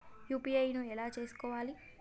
UPI ను ఎలా చేస్కోవాలి?